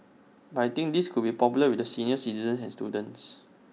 but I think this could be popular with the senior citizens and students